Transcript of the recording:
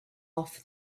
off